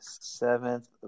Seventh